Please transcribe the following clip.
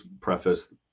preface